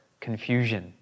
confusion